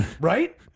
Right